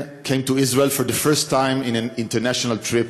אנחנו ארץ של אנשי מעשה,